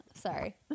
Sorry